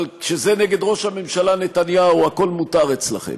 אבל כשזה נגד ראש הממשלה נתניהו, הכול מותר אצלכם,